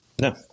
No